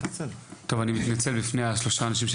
אני מתנצל בפני שלושת האנשים,